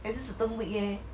还是 certain week leh